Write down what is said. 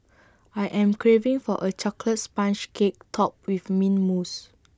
I am craving for A Chocolate Sponge Cake Topped with Mint Mousse